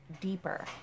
deeper